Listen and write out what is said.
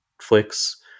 flicks